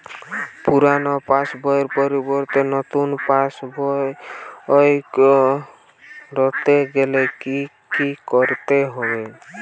পুরানো পাশবইয়ের পরিবর্তে নতুন পাশবই ক রতে গেলে কি কি করতে হবে?